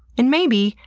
and, maybe,